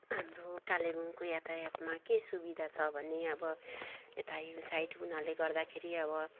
हाम्रो कालेबुङको यातायातमा के सुविधा छ भने अब यता हिल साइड हुनाले गर्दाखेरि अब